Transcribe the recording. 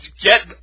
get